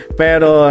pero